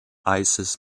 isis